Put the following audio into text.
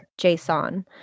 json